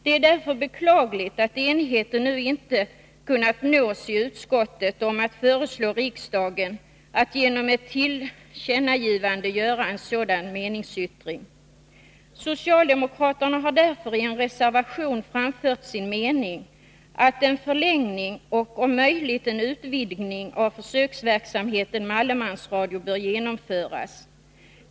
Det är beklagligt att enighet nu inte kunnat nås i utskottet om att föreslå riksdagen att ge regeringen detta till känna. Socialdemokraterna har därför i en reservation framfört sin mening att en förlängning och om möjligt en utvidgning av försöksverksamheten med allemansradio bör genomföras.